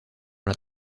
dans